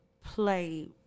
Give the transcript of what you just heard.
play